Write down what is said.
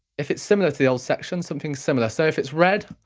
if it's similar to old section, something similar, so if it's red,